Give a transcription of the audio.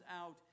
out